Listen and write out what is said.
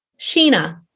Sheena